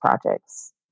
projects